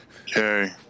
Okay